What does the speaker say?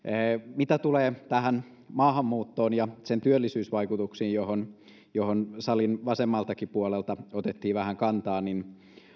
mitä tulee tähän maahanmuuttoon ja sen työllisyysvaikutuksiin mihin salin vasemmaltakin puolelta otettiin vähän kantaa niin